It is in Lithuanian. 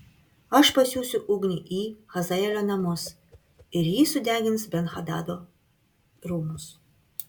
aš pasiųsiu ugnį į hazaelio namus ir ji sudegins ben hadado rūmus